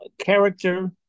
Character